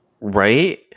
Right